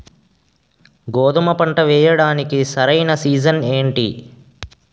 గోధుమపంట వేయడానికి సరైన సీజన్ ఏంటి?